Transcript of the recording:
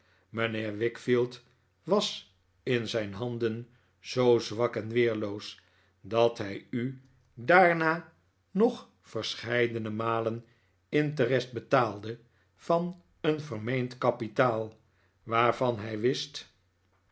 mijnheer wickfield was in zijn handen zoo zwak en weerloos dat hij u daarna nog verscheidene malen interest betaalde van een vermeend kapitaal waarvan hij wist